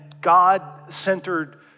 God-centered